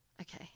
Okay